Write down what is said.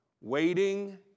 waiting